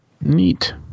Neat